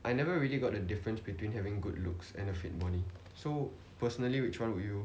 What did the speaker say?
I never really got a difference between having good looks and a fit body so personally which one will you